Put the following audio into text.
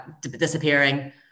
disappearing